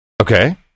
okay